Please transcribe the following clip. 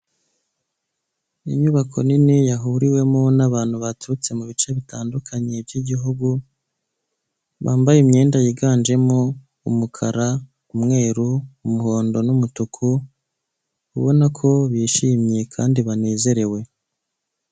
Inyubako nini yahuriwemo n'abantu baturutse mu bice bitandukanye by'igihugu, bambaye imyenda yiganjemo umukara, umweru, umuhondo n'umutuku ubona ko bishimye kandi banezerewe.